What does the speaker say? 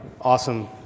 awesome